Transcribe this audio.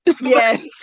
Yes